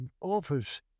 office